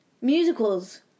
Musicals